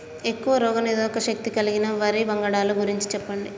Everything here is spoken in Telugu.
ఎక్కువ రోగనిరోధక శక్తి కలిగిన వరి వంగడాల గురించి చెప్పండి?